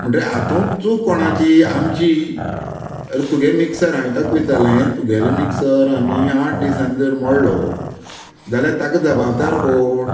म्हणटकीर हातूंत चूक कोणाची आमची आरे तुगे मिक्सर हांवें ताका विचारलें तुगेलो मिक्सर आनी आठ दिसांनी जर मोडलो जाल्यार ताका जबाबदार कोण